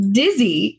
dizzy